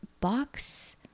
box